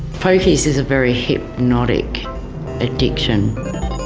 pokies is a very hypnotic addiction.